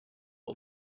all